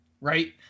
right